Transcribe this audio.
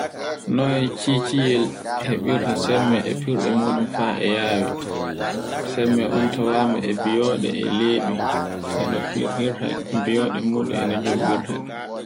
Noy ciciyel heɓirta semme e ferɗemun fa e yayi, sai miwiya on tawame e biyoɗe e lebi e no firninta biyoɗe mun e